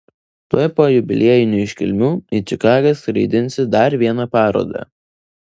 tuoj po jubiliejinių iškilmių į čikagą skraidinsi dar vieną parodą